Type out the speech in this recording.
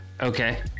Okay